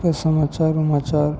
के समाचार उमाचार